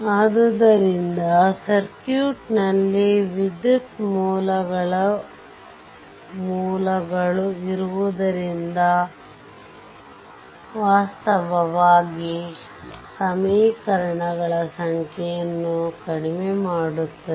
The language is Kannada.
ಆದ್ದರಿಂದ ಸರ್ಕ್ಯೂಟ್ನಲ್ಲಿ ವಿದ್ಯುತ್ ಮೂಲಗಳು ಇರುವುದರಿಂದ ವಾಸ್ತವವಾಗಿ ಸಮೀಕರಣಗಳ ಸಂಖ್ಯೆಯನ್ನು ಕಡಿಮೆ ಮಾಡುತ್ತದೆ